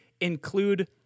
include